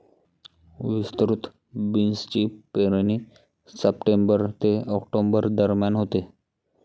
विस्तृत बीन्सची पेरणी सप्टेंबर ते ऑक्टोबर दरम्यान होते